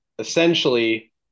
Essentially